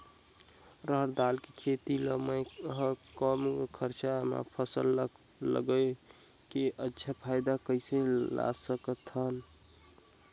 रहर दाल के खेती ला मै ह कम खरचा मा फसल ला लगई के अच्छा फायदा कइसे ला सकथव?